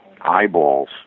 eyeballs